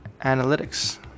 Analytics